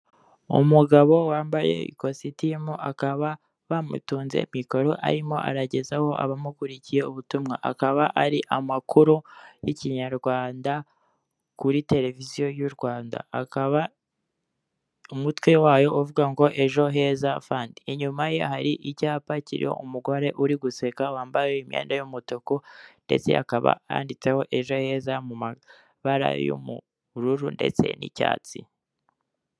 Umugabo wambaye kositimu akaba bamutunze mikoro arimo aragezaho abamukurikiye ubutumwa akaba ari amakuru y'ikinyarwanda kuri tereviziyo y'u Rwanda, akaba umutwe wayo uvuga ngo Ejo Heza fandi, inyuma ye hari icyapa kiriho umugore uri guseka wambaye imyenda y'umutuku ndetse hakaba handitseho Ejo Heza mu mabara y'ubururu ndetse n'icyatsi.